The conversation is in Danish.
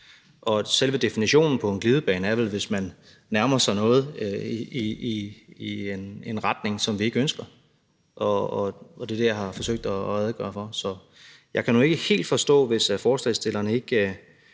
Og selve definitionen på en glidebane er vel, at man nærmer sig noget i en retning, som vi ikke ønsker, og det er det, jeg har forsøgt at redegøre for. Så jeg kan nu ikke helt forstå, hvis ordføreren for